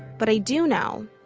but i do know,